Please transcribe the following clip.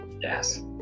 Yes